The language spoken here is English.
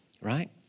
right